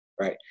Right